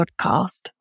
podcast